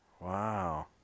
wow